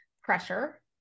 pressure